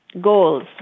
goals